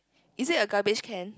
is it a garbage can